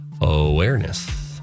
awareness